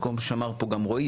וכמו שאמר פה גם רועי,